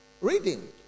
Reading